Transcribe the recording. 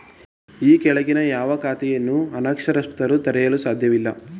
ಈ ಕೆಳಗಿನ ಯಾವ ಖಾತೆಗಳನ್ನು ಅನಕ್ಷರಸ್ಥರು ತೆರೆಯಲು ಸಾಧ್ಯವಿಲ್ಲ?